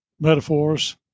metaphors